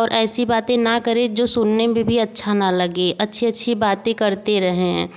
और ऐसी बातें न करें जो सुनने में भी अच्छा न लगे अच्छी अच्छी बातें करते रहें